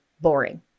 boring